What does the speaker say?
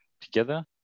together